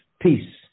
peace